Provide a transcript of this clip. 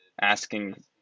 asking